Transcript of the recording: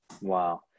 Wow